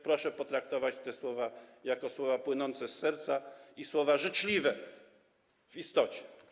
Proszę potraktować te słowa jako słowa płynące z serca i słowa życzliwe w istocie.